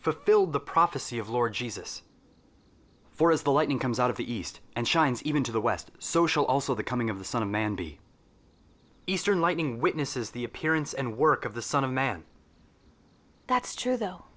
fulfilled the prophecy of lord jesus for as the lightning comes out of the east and shines even to the west of social also the coming of the son of man be eastern lightning witnesses the appearance and work of the son of man that's true though